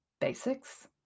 Basics